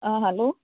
आं हालो